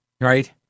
right